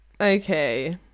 Okay